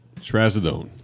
Trazodone